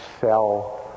sell